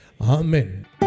Amen